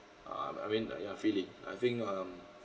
um I mean uh ya feeling I think um